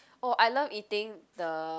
oh I love eating the